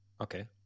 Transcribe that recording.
Okay